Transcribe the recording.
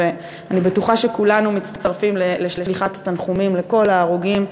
ואני בטוחה שכולנו מצטרפים לשליחת התנחומים על כל ההרוגים,